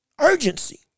urgency